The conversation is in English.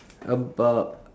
about